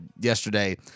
yesterday